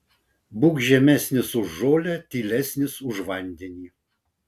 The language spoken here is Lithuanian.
būk žemesnis už žolę tylesnis už vandenį